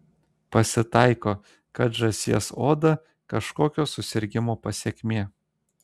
pasitaiko kad žąsies oda kažkokio susirgimo pasekmė